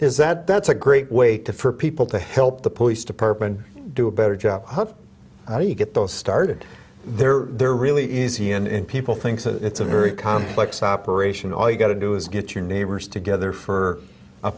is that that's a great way to for people to help the police department do a better job how do you get those started they're they're really easy and people think it's a very complex operation all you've got to do is get your neighbors together for a